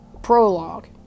Prologue